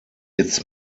its